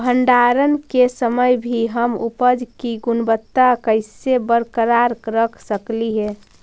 भंडारण के समय भी हम उपज की गुणवत्ता कैसे बरकरार रख सकली हे?